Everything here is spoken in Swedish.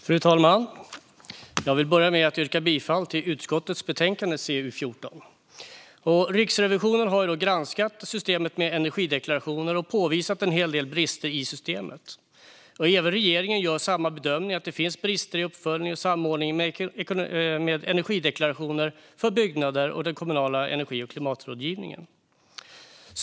Fru talman! Jag vill börja med att yrka bifall till utskottets förslag i betänkande CU14. Riksrevisionen har granskat systemet med energideklarationer och påvisat en hel del brister i systemet. Även regeringen gör samma bedömning att det finns brister i uppföljning och samordning med energideklarationer för byggnader och den kommunala energi och klimatrådgivningen.